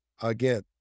Again